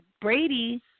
Brady